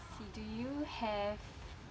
see do you have